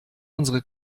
unsere